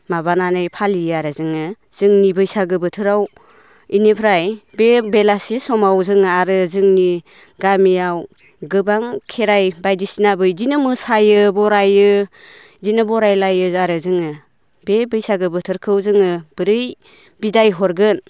माबानानै फालियो आरो जोङो जोंनि बैसागो बोथोराव इनिफ्राय बे बेलासि समाव जोङो आरो जोंनि गामियाव गोबां खेराइ बायदिसिना बिदिनो मोसायो बराइयो इदिनो बराइलायो आरो जोङो बे बैसागो बोथोरखौ जोङो बोरै बिदाइ हरगोन